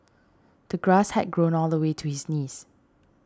the grass had grown all the way to his knees